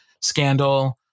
scandal